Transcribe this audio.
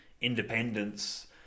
independence